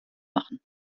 machen